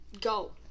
go